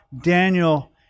Daniel